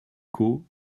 quo